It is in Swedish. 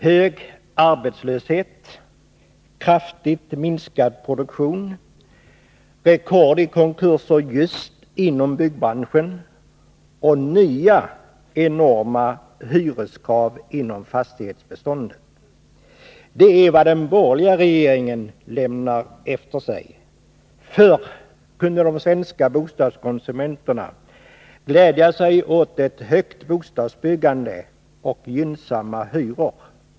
Hög arbetslöshet, kraftigt minskad produktion, rekord i konkurser just inom byggbranschen och nya, enorma hyreskrav inom fastighetsbeståndet — det är vad den borgerliga regeringen lämnar efter sig. Förr kunde de svenska bostadskonsumenterna glädja sig åt ett högt bostadsbyggande och gynnsamma hyror.